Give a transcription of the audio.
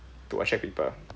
to attract people